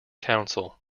council